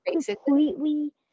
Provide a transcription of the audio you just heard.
completely